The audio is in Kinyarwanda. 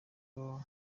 wawo